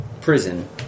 prison